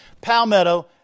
Palmetto